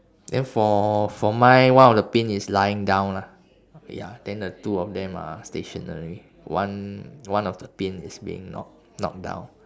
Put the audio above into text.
then for for mine one of the pin is lying down lah ya then the two of them are stationary one one of the pin is being knock knocked down